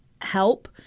help